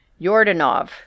Yordanov